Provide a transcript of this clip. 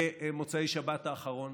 במוצאי שבת האחרון